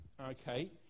okay